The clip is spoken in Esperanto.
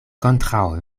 kontraŭ